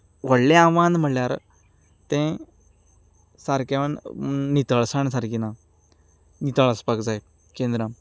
व्हडलें आव्हान म्हणल्यार तें सारकें नितळसाण सारकी ना नितळ आसपाक जाय केंद्रां